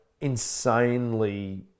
insanely